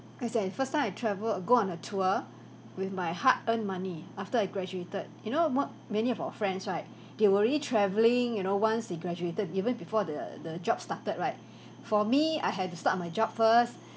cause then first time I travelled go on a tour with my hard-earned money after I graduated you know ma~ many of our friends right they were already travelling you know once they graduated even before the the job started right for me I had to start my job first